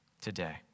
today